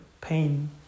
pain